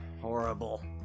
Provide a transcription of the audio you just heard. horrible